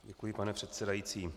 Děkuji, pane předsedající.